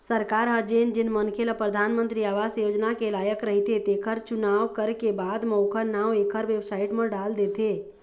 सरकार ह जेन जेन मनखे ल परधानमंतरी आवास योजना के लायक रहिथे तेखर चुनाव करके बाद म ओखर नांव एखर बेबसाइट म डाल देथे